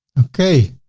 okay.